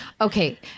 Okay